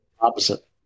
opposite